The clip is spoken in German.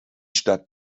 stadt